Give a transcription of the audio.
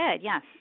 Yes